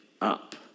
up